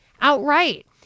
outright